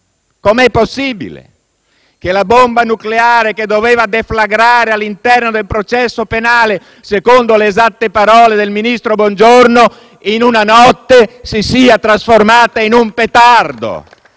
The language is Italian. Com'è possibile che la bomba nucleare che doveva deflagrare all'interno del processo penale, secondo le esatte parole del ministro Bongiorno, in una notte si sia trasformata in un petardo?